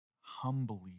humbly